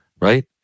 Right